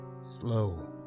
slow